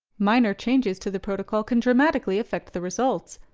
minor changes to the protocol can dramatically affect the results.